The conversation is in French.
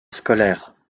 scolaire